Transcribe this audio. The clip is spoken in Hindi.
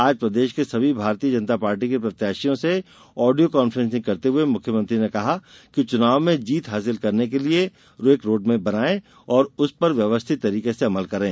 आज प्रदेश के सभी भारतीय जनता पार्टी के प्रत्याशियों से आडियो कान्फ्रेसिंग करते हुए मुख्यमंत्री ने कहा कि चुनाव में जीत हासिल करने के लिए रोड मैप बनाएं और उस पर व्यवस्थित तरीके से अमल करें